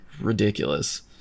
ridiculous